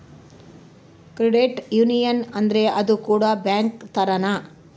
credit union ಅಂದ್ರ ಅದು ಕೂಡ ಬ್ಯಾಂಕ್ ತರಾನೇ